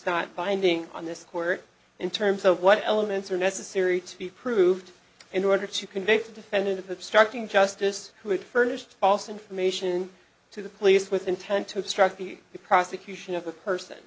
not binding on this court in terms of what elements are necessary to be proved in order to convict the defendant of obstructing justice who had furnished false information to the police with intent to obstruct the the prosecution of a person